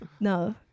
No